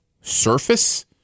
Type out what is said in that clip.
surface